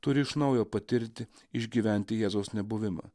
turi iš naujo patirti išgyventi jėzaus nebuvimą